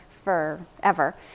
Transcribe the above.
forever